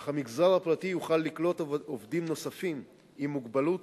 אך המגזר הפרטי יוכל לקלוט עובדים נוספים עם מוגבלות